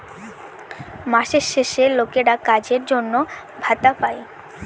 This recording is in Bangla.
মাসের শেষে লোকেরা কাজের জন্য ভাতা পাই